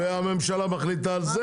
כבר נמאס לי